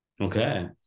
okay